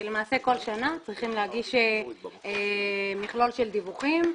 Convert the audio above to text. למעשה כל שנה צריכה להגיש מכלול של דיווחים,